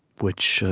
which,